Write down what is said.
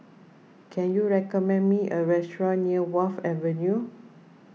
can you recommend me a restaurant near Wharf Avenue